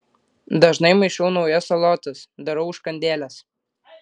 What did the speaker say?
dažnai maišau naujas salotas darau užkandėles